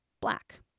black